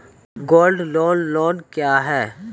Gold loan loan क्या हैं?